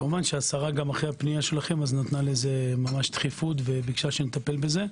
כמובן השרה אחרי פנייה שלכם נתנה לזה דחיפות וביקשה שנטפל בזה.